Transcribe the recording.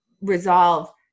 resolve